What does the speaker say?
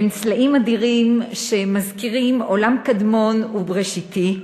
בין סלעים אדירים שמזכירים עולם קדמון ובראשיתי,